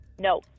No